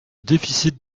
déficit